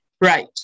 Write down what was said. Right